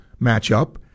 matchup